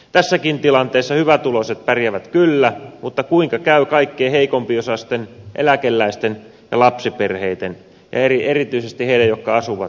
tässäkin tilanteessa hyvätuloiset pärjäävät kyllä mutta kuinka käy kaikkein heikko osaisimpien eläkeläisten ja lapsiperheitten ja erityisesti heidän jotka asuvat siellä maaseudulla